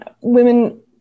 women